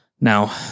Now